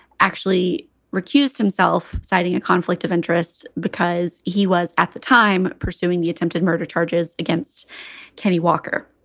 actually recused himself, citing a conflict of interest because he was at the time pursuing the attempted murder charges against kenny walker.